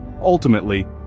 ultimately